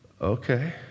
okay